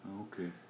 Okay